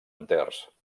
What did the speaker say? enters